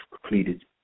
completed